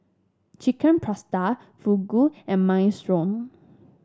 Chicken Pasta Fugu and Minestrone